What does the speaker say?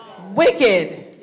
Wicked